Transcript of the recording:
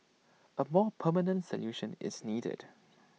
A more permanent solution is needed